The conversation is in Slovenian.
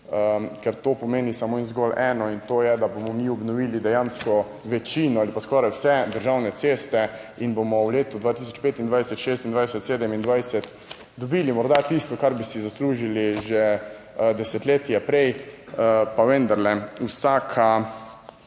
ker to pomeni samo in zgolj eno in to je, da bomo mi obnovili dejansko večino ali pa skoraj vse državne ceste in bomo v letu 2025, 2026, 2027 dobili morda tisto, kar bi si zaslužili že desetletje prej, pa vendarle vsaka,